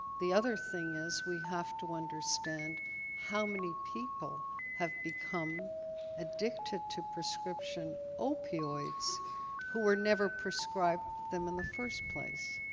the other thing is, we have to understand how many people have become addicted to prescription opioids who were never prescribed them in the first place.